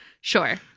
Sure